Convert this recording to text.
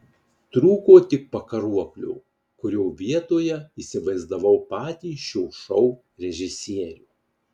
trūko tik pakaruoklio kurio vietoje įsivaizdavau patį šio šou režisierių